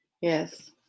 Yes